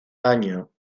año